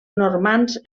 normands